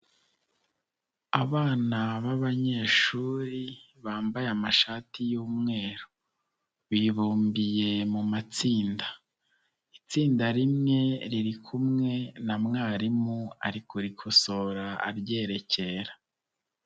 Abana b'abanyeshuri bambaye amashati y'umweru. Bibumbiye mu matsinda. Itsinda rimwe riri kumwe na mwarimu ari kurikosora aryerekera.